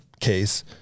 case